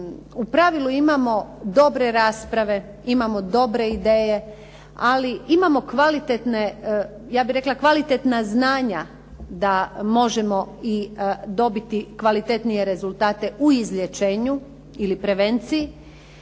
u pravilu imamo dobre rasprave, imamo dobre ideje, ali imamo kvalitetna znanja da možemo dobiti kvalitetnije rezultate u izlječenju ili prevenciji.